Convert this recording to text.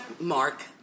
Mark